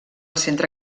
centre